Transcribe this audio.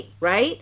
right